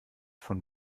von